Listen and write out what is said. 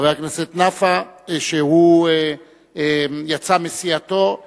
חבר הכנסת נפאע, שיצא מסיעתו,